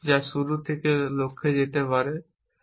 যা শুরু থেকে লক্ষ্যে যেতে ব্যবহার করা যেতে পারে